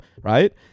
right